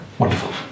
Wonderful